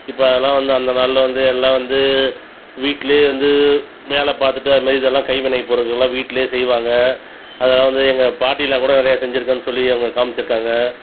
இப்போ அதெலாம் வந்து அந்த நாளில் வந்து எல்லாம் வந்து வீட்ல வந்து வேலை பார்த்துட்டு அதுமாரி இதெலாம் வந்து கைவினை பொருட்கள்லாம் வீட்ல செய்வாங்க அதெலாம் வந்து எங்கள் பாட்டிலாம் கூட நிறையா செஞ்சிருக்கேன்னு சொல்லி அவங்க காமிச்சிருக்காங்க